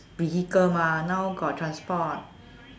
vehicle mah now got transport